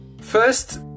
first